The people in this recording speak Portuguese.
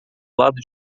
lado